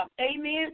Amen